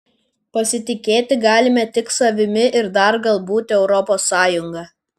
pasitikėti galime tik savimi ir dar galbūt europos sąjunga